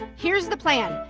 here's the plan.